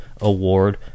Award